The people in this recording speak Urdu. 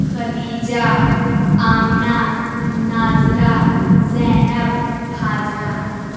خدیجہ آمنہ ناظرہ زینب حاجرہ